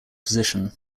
position